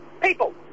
people